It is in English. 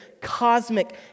cosmic